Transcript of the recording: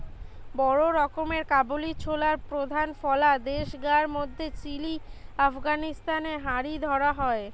বড় রকমের কাবুলি ছোলার প্রধান ফলা দেশগার মধ্যে চিলি, আফগানিস্তান হারি ধরা হয়